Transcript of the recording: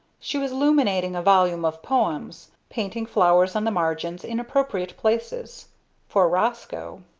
she was illuminating a volume of poems, painting flowers on the margins, in appropriate places for roscoe.